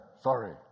Sorry